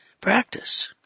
practice